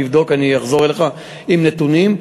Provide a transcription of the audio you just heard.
אני אבדוק, אני אחזור אליך עם נתונים.